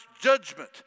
judgment